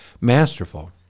masterful